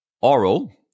oral